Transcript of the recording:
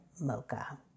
mocha